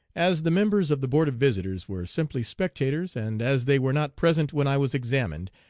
as the members of the board of visitors were simply spectators, and as they were not present when i was examined,